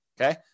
Okay